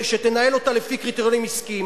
ושתנהל אותה לפי קריטריונים עסקיים,